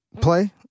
play